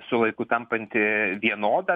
su laiku tampanti vienoda